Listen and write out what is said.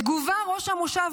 בתגובה ראש המושב